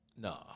No